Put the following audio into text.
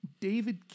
David